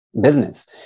business